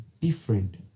different